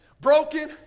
broken